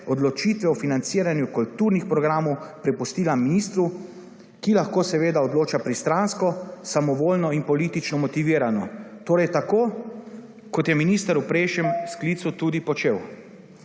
odločitve o financiranju kulturnih programov prepustila ministru, ki lahko seveda odloča pristransko, samovoljno in politično motivirano, torej tako kot je minister v prejšnjem sklicu tudi počel.